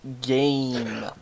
Game